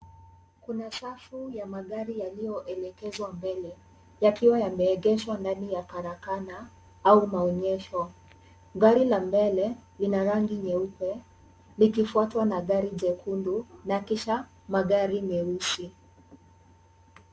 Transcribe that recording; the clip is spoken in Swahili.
Kuna safu ya magari yaliyoelekezwa mbele, yakiwa yameegeshwa ndani ya karakana au maonyesho. Gari la mbele lina rangi nyeupe, likifuatwa na gari jekundu na kisha magari meusi.